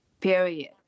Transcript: Period